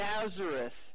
Nazareth